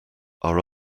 our